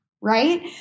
Right